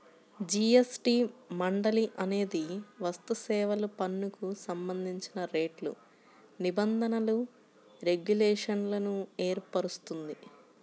GST మండలి అనేది వస్తుసేవల పన్నుకు సంబంధించిన రేట్లు, నిబంధనలు, రెగ్యులేషన్లను ఏర్పరుస్తుంది